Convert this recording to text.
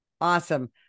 Awesome